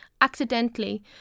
accidentally